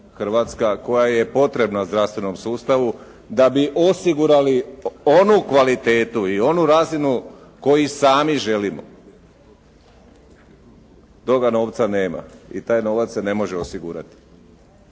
Hrvatska koja je potrebna zdravstvenom sustavu, da bi osigurali onu kvalitetu i onu razinu koju i sami želimo. Toga novca nema i taj novac se ne može osigurati.